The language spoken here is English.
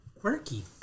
Quirky